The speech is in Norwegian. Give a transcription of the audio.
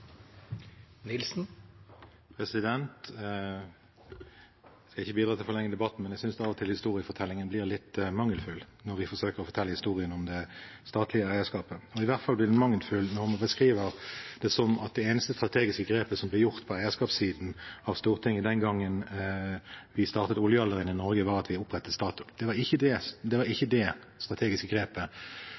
Jeg skal ikke bidra til å forlenge debatten, men jeg synes av og til fortellingen blir litt mangelfull når vi forsøker å fortelle historien om det statlige eierskapet. I hvert fall blir den mangelfull når man beskriver det som at det eneste strategiske grepet som ble gjort på eierskapssiden av Stortinget den gangen oljealderen startet i Norge, var at vi opprettet Statoil. Det var ikke det helhetlige strategiske grepet Stortinget eller regjeringen tok den gangen. Det var